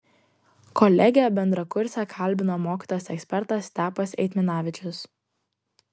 kolegę bendrakursę kalbina mokytojas ekspertas stepas eitminavičius